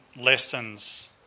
lessons